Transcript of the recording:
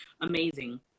Amazing